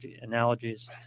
analogies